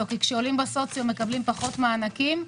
כי כשעולים בסוציו מקבלים פחות מענקים.